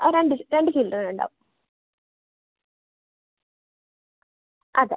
ആ രണ്ട് രണ്ട് ചിൽഡ്രൻ ഉണ്ടാവും അതെ